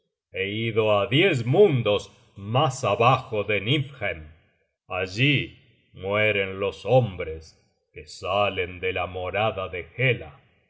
he ido á diez mundos mas abajo de niflhem allí mueren los hombres que salen de la morada de hela